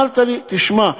אבל אמרת לי: תשמע,